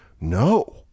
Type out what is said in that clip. no